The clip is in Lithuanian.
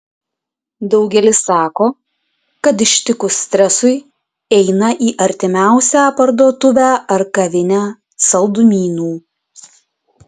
daugelis sako kad ištikus stresui eina į artimiausią parduotuvę ar kavinę saldumynų